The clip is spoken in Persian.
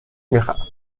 میخرم